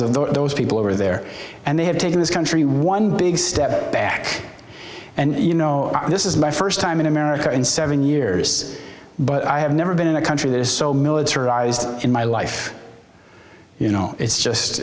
of those people over there and they have taken this country one big step back and you know this is my first time in america in seven years but i have never been in a country that is so militarized in my life you know it's just